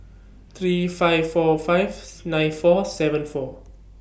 three five four five nine four seven four